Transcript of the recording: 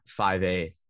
5A